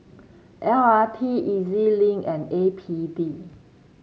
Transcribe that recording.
L R T E Z Link and A P D